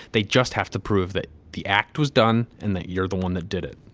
they just have to prove that the act was done and that you're the one that did it.